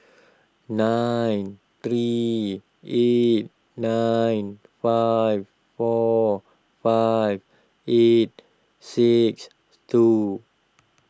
nine three eight nine five four five eight six two